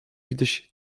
widać